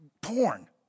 porn